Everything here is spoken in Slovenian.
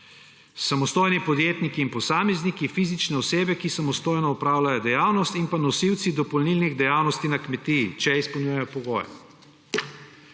samostojni podjetniki in posamezniki, fizične osebe, ki samostojno opravljajo dejavnost, in pa nosilci dopolnilnih dejavnosti na kmetiji, če izpolnjujejo pogoje.